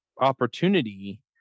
opportunity